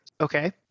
okay